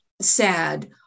sad